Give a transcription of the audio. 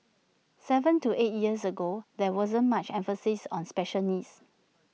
Seven to eight years ago there wasn't much emphasis on special needs